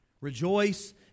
Rejoice